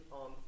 on